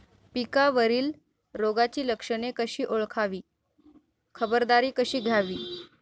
पिकावरील रोगाची लक्षणे कशी ओळखावी, खबरदारी कशी घ्यावी?